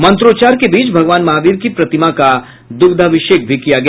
मंत्रोच्चार के बीच भगवान महावीर की प्रतिमा का दुग्धामिषेक भी किया गया